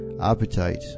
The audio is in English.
appetite